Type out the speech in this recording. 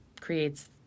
creates